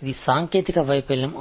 இருக்கும் இது தொழில்நுட்ப தோல்வியாக இருக்கும்